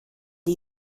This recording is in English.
are